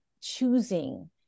choosing